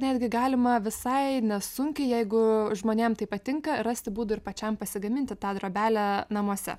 netgi galima visai nesunkiai jeigu žmonėm tai patinka rasti būdų ir pačiam pasigaminti tą drobelę namuose